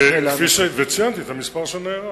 וציינתי את המספר שנהרס.